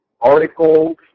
articles